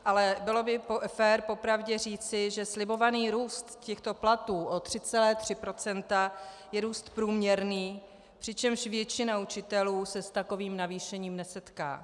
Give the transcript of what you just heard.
Ale bylo by fér po pravdě říci, že slibovaný růst těchto platů o 3,3 procenta je růst průměrný, přičemž většina učitelů se s takovým navýšením nesetká.